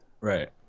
Right